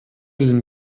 den